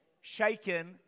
shaken